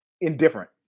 indifferent